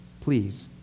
Please